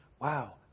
Wow